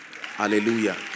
Hallelujah